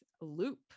Loop